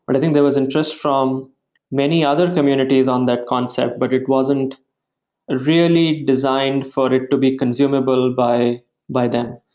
but i think there was interest from many other communities on that concept, but it wasn't ah really designed for it it to be consumable by by them.